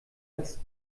als